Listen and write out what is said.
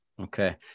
Okay